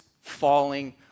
falling